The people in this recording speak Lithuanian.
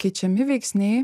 keičiami veiksniai